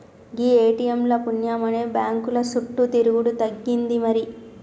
గీ ATM ల పుణ్యమాని బాంకుల సుట్టు తిరుగుడు తగ్గింది మరి